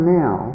now